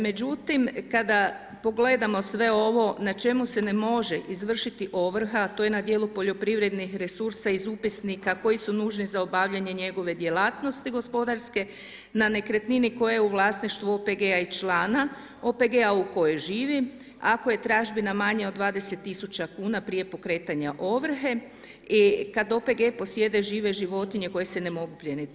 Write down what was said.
Međutim, kada pogledamo sve ovo na čemu se ne može izvršiti ovrha, a to je na djelu poljoprivrednih resursa iz upisnika koji su nužni za obavljanje njegove djelatnosti gospodarske na nekretnini koja je u vlasništvu OPG-a i člana OPG-a u kojoj živi, ako je tražbina manja od 20.000 kuna prije pokretanja ovrhe i kada OPG posjeduje žive životinje koje se ne mogu prenijeti.